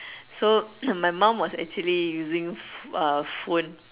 so my mom was actually using uh phone